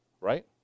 right